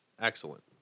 excellent